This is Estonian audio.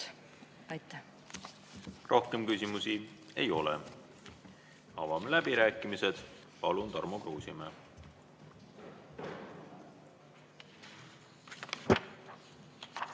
jutt. Rohkem küsimusi ei ole. Avan läbirääkimised. Palun, Tarmo Kruusimäe!